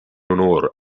honor